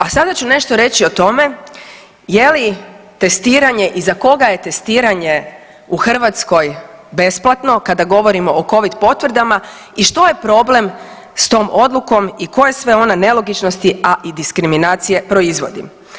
A sada ću nešto reći o tome je li testiranje i za koga je testiranje u Hrvatskoj besplatno kada govorimo o covid potvrdama i što je problem s tom odlukom i koje sve ona nelogičnosti, a i diskriminacije proizvodi.